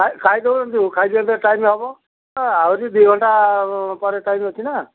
ଖାଇ ଖାଇ ଦିଅନ୍ତୁ ଖାଇ ଦେଲେ ଟାଇମ୍ ହେବ ଆହୁରି ଦୁଇଘଣ୍ଟା ପରେ ଟାଇମ୍ ଅଛି ନା